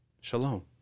shalom